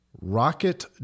rocket